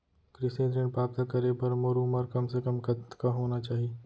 कृषि ऋण प्राप्त करे बर मोर उमर कम से कम कतका होना चाहि?